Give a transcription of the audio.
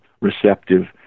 receptive